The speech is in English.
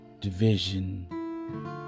division